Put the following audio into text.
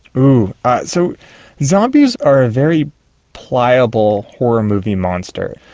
um so zombies are a very pliable horror movie monster.